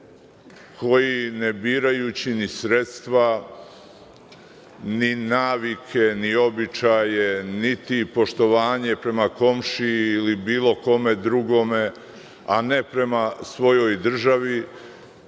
koji ne birajući ni sredstva, ni navike, ni običaje, niti poštovanje prema komšiji ili bilo kome drugome, a ne prema svojoj državi,